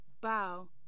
Bow